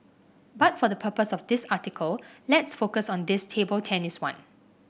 but for the purpose of this article let's focus on this table tennis one